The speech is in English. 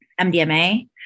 MDMA